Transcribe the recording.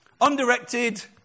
Undirected